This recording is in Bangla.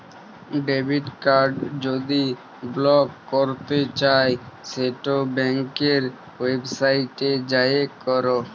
ডেবিট কাড় যদি বলক ক্যরতে চাই সেট ব্যাংকের ওয়েবসাইটে যাঁয়ে ক্যর